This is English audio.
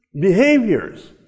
behaviors